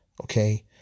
okay